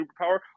superpower